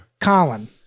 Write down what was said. Colin